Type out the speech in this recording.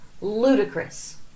ludicrous